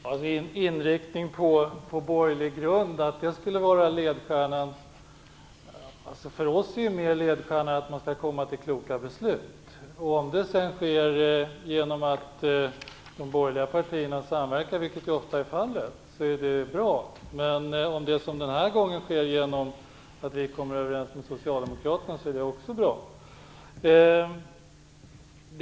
Herr talman! Ingvar Eriksson talar om att en inriktning på borgerlig grund skulle vara ledstjärnan. För oss är ledstjärnan att man skall komma fram till kloka beslut. Om det sedan sker genom att de borgerliga partierna samverkar, vilket ofta är fallet, är det bra. Men om det, som denna gång, sker genom att vi kommer överens med Socialdemokraterna är det också bra.